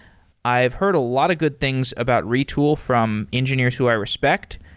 i've heard a lot of good things about retool from engineers who i respect.